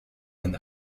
and